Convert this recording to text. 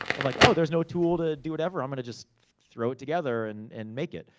i'm like, oh, there's no tool to do whatever, i'm gonna just throw it together and and make it.